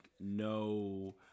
no